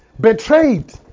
betrayed